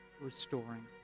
restoring